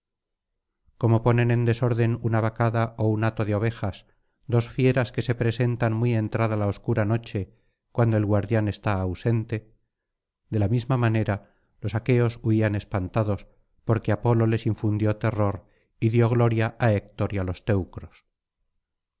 como ponen en desorden una vacada ó un hato de ovejas dos fieras que se presentan muy entrada la obscura noche cuando el guardián está ausente de la misma manera los aqueos huían espantados porque apolo les infundió terror y dio gloria á héctor y á los teucros